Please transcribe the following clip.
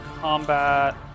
combat